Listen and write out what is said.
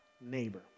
neighbor